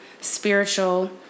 spiritual